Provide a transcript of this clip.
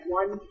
one